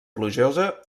plujosa